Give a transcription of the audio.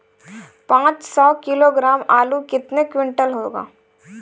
पाँच सौ किलोग्राम आलू कितने क्विंटल होगा?